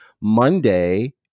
Monday